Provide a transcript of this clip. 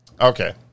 Okay